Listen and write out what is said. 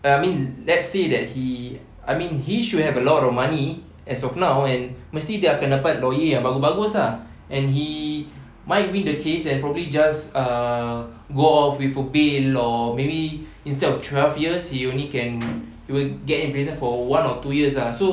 ya I mean let's say that he I mean he should have a lot of money as of now and mesti dia akan dapat lawyer yang bagus-bagus ah and he might win the case and just uh go off with a bail or maybe instead of twelve years he only can he will get in prison for one or two years ah so